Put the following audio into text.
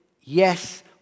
Yes